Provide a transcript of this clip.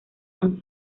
han